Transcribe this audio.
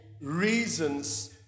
reasons